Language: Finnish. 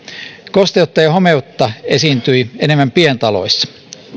kosteutta ja hometta esiintyi enemmän pientaloissa